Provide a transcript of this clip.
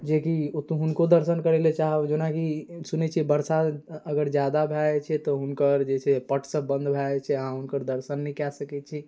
जेकि ओतऽ हुनको दर्शन करैलए चाहब जेनाकि सुनै छिए बरसा अगर ज्यादा भऽ जाइ छै तऽ हुनकर तऽ जे छै से पट्टसब बन्द भऽ जाइ छै अहाँ हुनकर दर्शन नहि करि सकै छी